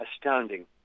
Astounding